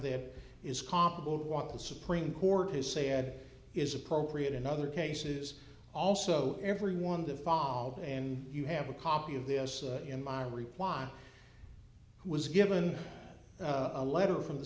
there is comparable to what the supreme court has said is appropriate in other cases also every one of the fall and you have a copy of the as in my reply i was given a letter from the